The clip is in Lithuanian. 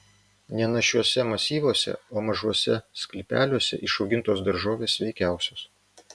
ne našiuose masyvuose o mažuose sklypeliuose išaugintos daržovės sveikiausios